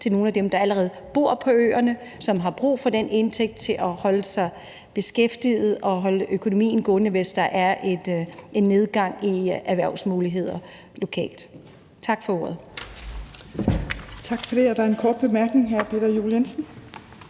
til nogle af dem, der allerede bor på øerne, og som har brug for den indtægt til at holde sig beskæftiget og holde økonomien gående, hvis der er en nedgang i erhvervsmuligheder lokalt. Tak for ordet. Kl. 20:28 Fjerde næstformand (Trine